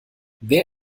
wer